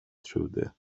trodde